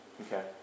okay